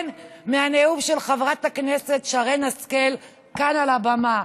כן, מהנאום של חברת הכנסת שרן השכל כאן, על הבמה.